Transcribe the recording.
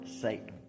Satan